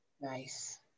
Nice